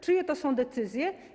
Czyje to są decyzje?